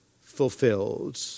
fulfilled